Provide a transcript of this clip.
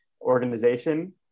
Organization